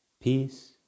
Peace